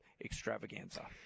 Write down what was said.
extravaganza